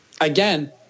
Again –